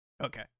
Okay